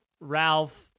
Ralph